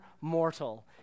mortal